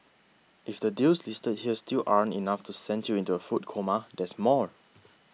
if the deals listed here still aren't enough to send you into a food coma there's more